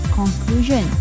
conclusion